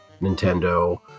Nintendo